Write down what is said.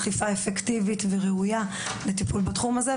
אכיפה אפקטיבית וראויה לטיפול בתחום הזה,